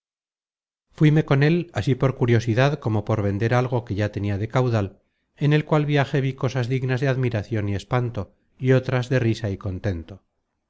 apartadas fuíme con él así por curiosidad como por vender algo que ya tenia de caudal en el cual viaje vi cosas dignas de admiracion y espanto y otras de risa y contento